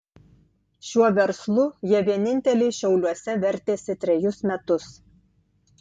šiuo verslu jie vieninteliai šiauliuose vertėsi trejus metus